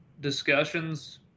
discussions